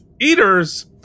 Eaters